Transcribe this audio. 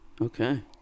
Okay